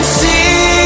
see